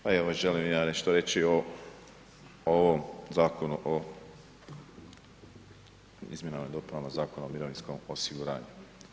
Pa evo, želim i ja nešto reći o ovom Zakonu o izmjenama i dopunama Zakona o mirovinskom osiguranju.